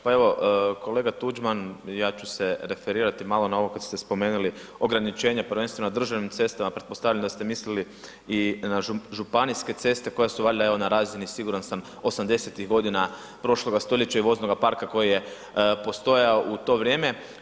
Pa evo kolega Tuđman ja ću se referirati malo na ovo kad ste spomenuli ograničenje prvenstveno na državnim cestama, pretpostavljam da ste mislili i na županijske ceste koja su valjda evo na razini siguran sam '80.-tih godina prošloga stoljeća i voznoga parka koji je postojao u to vrijeme.